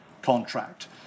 contract